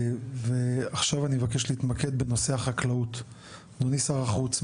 ועכשיו אני אבקש להתמקד בנושא החקלאות אדוני שר החוץ,